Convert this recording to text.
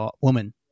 woman